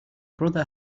brother